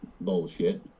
bullshit